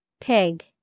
Pig